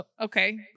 okay